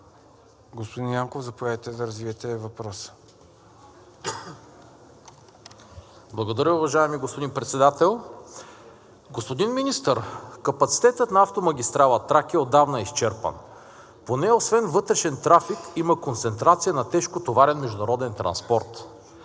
Господин Янков, заповядайте да развиете въпроса. ЕМИЛ ЯНКОВ (ВЪЗРАЖДАНЕ): Благодаря, уважаеми господин Председател. Господин Министър, капацитетът на автомагистрала „Тракия“ е отдавна изчерпан. По нея освен вътрешен трафик има концентрация на тежкотоварен международен транспорт,